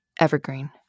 Evergreen